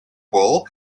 wool